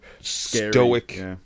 stoic